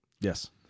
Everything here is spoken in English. Yes